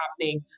happening